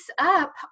up